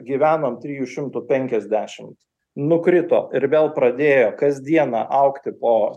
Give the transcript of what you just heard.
gyvenom trijų šimtų penkiasdešimt nukrito ir vėl pradėjo kasdieną augti po